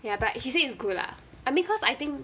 ya but she said it's good lah I mean cause I think